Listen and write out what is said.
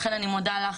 לכן אני מודה לך,